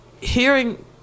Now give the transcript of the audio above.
Hearing